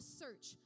search